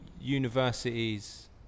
universities